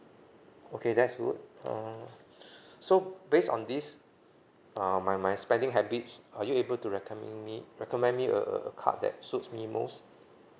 okay that's good uh so based on this um my my spending habits are you able to recommend me recommend me a a card that suits me most